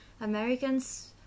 Americans